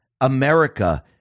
America